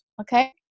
Okay